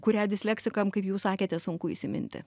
kurią disleksikam kaip jūs sakėte sunku įsiminti